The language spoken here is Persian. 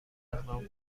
اقدام